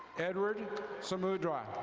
edward samudra.